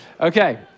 Okay